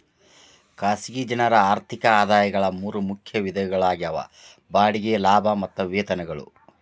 ಖಾಸಗಿ ಜನರ ಆರ್ಥಿಕ ಆದಾಯಗಳ ಮೂರ ಮುಖ್ಯ ವಿಧಗಳಾಗ್ಯಾವ ಬಾಡಿಗೆ ಲಾಭ ಮತ್ತ ವೇತನಗಳು